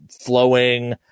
flowing